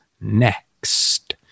next